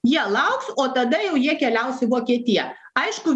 jie lauks o tada jau jie keliaus į vokietiją aišku